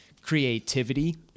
creativity